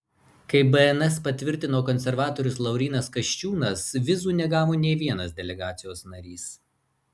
kaip bns patvirtino konservatorius laurynas kasčiūnas vizų negavo nė vienas delegacijos narys